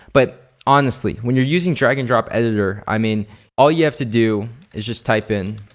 but honestly when you're using drag and drop editor, i mean all you have to do is just type in